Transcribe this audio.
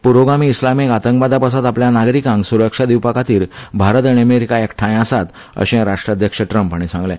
पुरोगामी इस्लामिक आतंकवादापासत आपल्या नागरीकांक सुरक्षा दिवपा खातीर भारत आनी अमेरीका एकठाय आसात अशें राष्ट्राध्यक्ष ट्रम्प हाणे सांगला